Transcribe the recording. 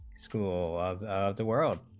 school the world